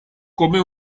come